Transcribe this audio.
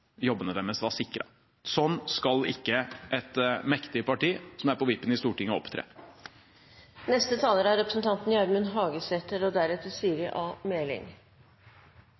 jobbene deres var sikret. Sånn skal ikke et mektig parti som er på vippen i Stortinget, opptre. Først vil eg seie at den interpellasjonen som representanten